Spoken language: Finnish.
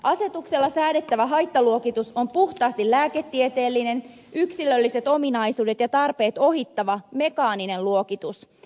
asetuksella säädettävä haittaluokitus on puhtaasti lääketieteellinen yksilölliset ominaisuudet ja tarpeet ohittava mekaaninen luokitus